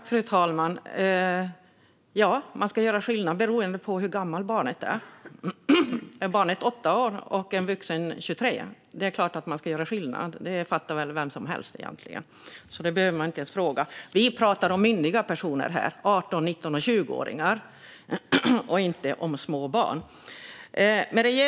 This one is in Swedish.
Fru talman! Ja, man ska göra skillnad, beroende på hur gammalt barnet är. Det är klart att man ska göra skillnad på ett barn som är 8 år och en vuxen som är 23 år. Det fattar väl vem som helst. Det behöver man inte ens fråga om. Här pratar vi om myndiga personer, 18-, 19 och 20-åringar, och inte om små barn.